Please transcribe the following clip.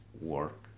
work